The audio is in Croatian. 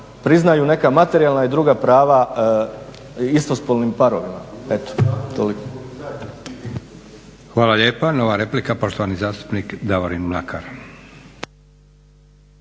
priznaju neka materijalna i druga prava istospolnim parovima. Eto toliko. **Leko, Josip (SDP)** Hvala lijepa. Nova replika, poštovani zastupnik Davorin Mlakar.